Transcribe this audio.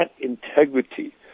integrity